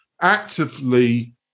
actively